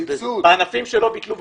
בענפים שלא ביטלו,